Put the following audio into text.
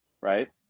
right